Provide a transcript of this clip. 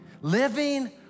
living